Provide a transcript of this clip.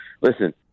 Listen